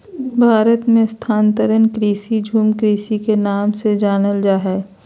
भारत मे स्थानांतरण कृषि, झूम कृषि के नाम से जानल जा हय